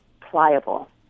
pliable